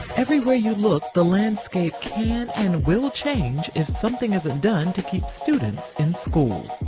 everywhere you look, the landscape can and will change if something isn't done to keep students in school.